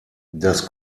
das